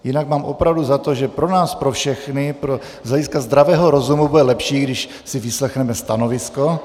Jinak mám opravdu za to, že pro nás pro všechny z hlediska zdravého rozumu bude lepší, když si vyslechneme stanovisko.